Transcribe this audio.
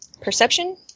perception